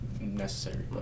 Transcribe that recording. necessary